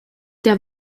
der